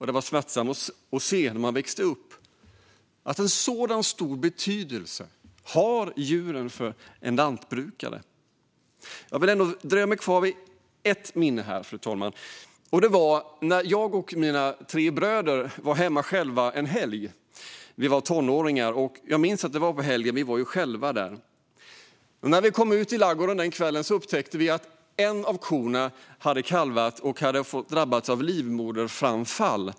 Det var smärtsamt när jag växte upp att se vilken stor betydelse djuren hade för en lantbrukare. Jag vill dröja mig kvar vid ett minne, fru talman. Det var en gång när jag och mina tre bröder var hemma själva en helg. Vi var tonåringar. När vi kom ut i ladugården på kvällen upptäckte vi att en av korna hade kalvat och hade efter kalvningen drabbats av livmoderframfall.